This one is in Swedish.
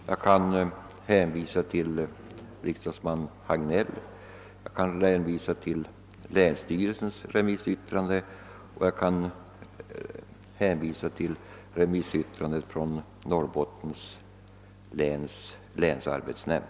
Jag kan hänvisa till uttalanden av riksdagsman Hans Hagnell och till remissyttrandena från länsstyrelsen i Norrbotten län och Norrbottens läns länsarbetsnämnd.